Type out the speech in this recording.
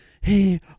Hey